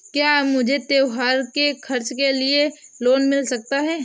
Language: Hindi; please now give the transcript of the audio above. क्या मुझे त्योहार के खर्च के लिए लोन मिल सकता है?